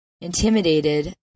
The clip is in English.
intimidated